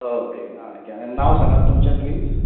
okay आनी नांव सांगात तुमचें प्लीज